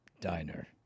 diner